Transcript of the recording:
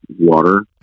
water